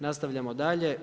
Nastavljamo dalje.